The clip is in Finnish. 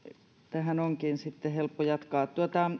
tähän onkin sitten helppo jatkaa